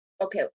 okay